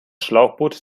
schlauchboot